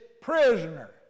prisoner